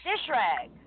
Dishrag